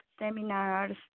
seminars